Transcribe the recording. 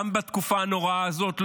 גם בתקופה הנוראה הזאת,